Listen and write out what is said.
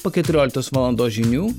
po keturioliktos valandos žinių